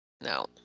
No